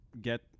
get